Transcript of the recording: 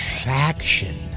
Faction